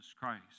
Christ